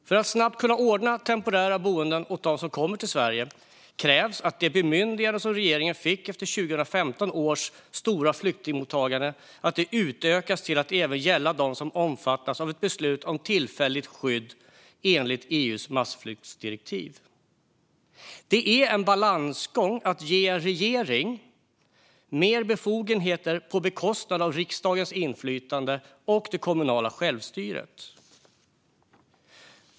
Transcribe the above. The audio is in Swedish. För att snabbt kunna ordna temporära boenden åt dem som kommer till Sverige krävs att det bemyndigande som regeringen fick efter 2015 års stora flyktingmottagande utökas till att även gälla dem som omfattas av ett beslut om tillfälligt skydd enligt EU:s massflyktsdirektiv. Det är en balansgång att ge en regering mer befogenheter på bekostnad av riksdagens inflytande och det kommunala självstyret.